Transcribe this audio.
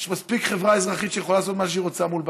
ויש מספיק חברה אזרחית שיכולה לעשות מה שהיא רוצה מול בג"ץ.